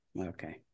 okay